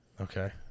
Okay